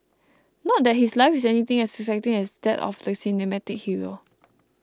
not that his life is anything as exciting as that of the cinematic hero